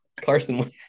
Carson